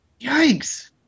Yikes